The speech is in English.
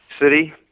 city